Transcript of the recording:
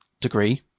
degree